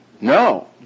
No